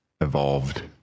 Evolved